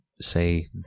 say